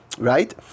Right